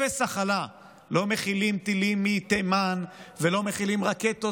לא מכילים טילים מתימן ולא מכילים רקטות